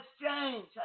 exchange